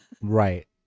Right